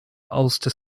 ulster